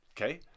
Okay